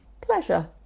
Pleasure